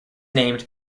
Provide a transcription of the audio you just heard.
named